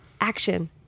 Action